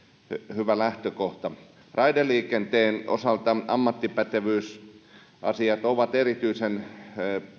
hyvä lähtökohta raideliikenteen osalta ammattipätevyysasiat ovat erityisen